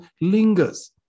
lingers